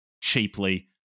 cheaply